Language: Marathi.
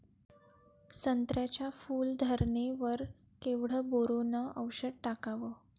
संत्र्याच्या फूल धरणे वर केवढं बोरोंन औषध टाकावं?